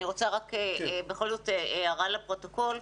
אני רוצה בכל זאת הערה לפרוטוקול.